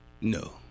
No